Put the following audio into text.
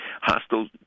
hostile